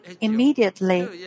immediately